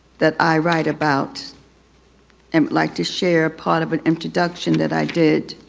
that i write about and would like to share a part of an introduction that i did.